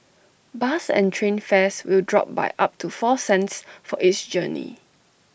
bus and train fares will drop by up to four cents for each journey